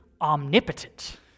omnipotent